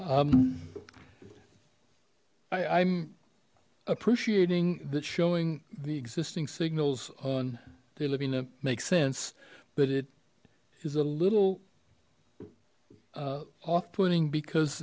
i'm appreciating that showing the existing signals on their living that make sense but it is a little off putting because